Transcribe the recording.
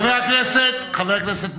חבר הכנסת מולה.